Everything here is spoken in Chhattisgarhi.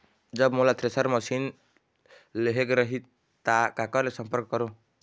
जब मोला थ्रेसर मशीन लेहेक रही ता काकर ले संपर्क करों?